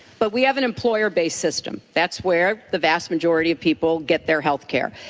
but we have an employer-based system that's where the vast majority of people get their health care.